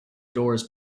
doors